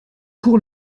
court